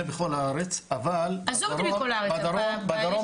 זה בכל הארץ אבל --- עזוב אותי מכל הארץ כרגע,